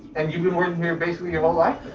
and you've been working here basically your whole life.